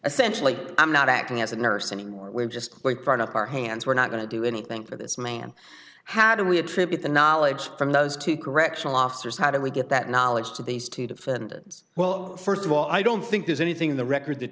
essential i'm not acting as a nurse anymore we're just like part of our hands we're not going to do anything for this man how do we attribute the knowledge from those two correctional officers how did we get that knowledge to these two defendants well st of all i don't think there's anything in the record that